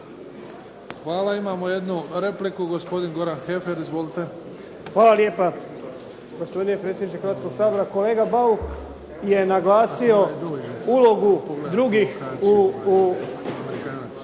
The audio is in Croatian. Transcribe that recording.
Hvala. Imamo jednu repliku. Gospodin Goran Heffer. Izvolite. **Heffer, Goran (SDP)** Hvala lijepa. Gospodine predsjedniče Hrvatskoga sabora. Kolega Bauk je naglasio ulogu drugih u poboljšanju